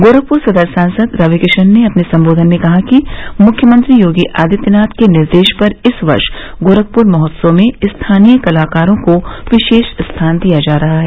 गोरखपुर सदर सांसद रविकिशन ने अपने संबोधन में कहा कि मुख्यमंत्री योगी आदित्यनाथ के निर्देश पर इस वर्ष गोरखपुर महोत्सव में स्थानीय कलाकारों को विशेष स्थान दिया जा रहा है